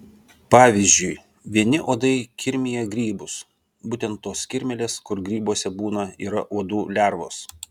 pavyzdžiui vieni uodai kirmija grybus būtent tos kirmėlės kur grybuose būna yra uodų lervos